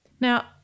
Now